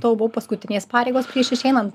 tavo buvo paskutinės pareigos prieš išeinant